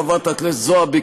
חברת הכנסת זועבי,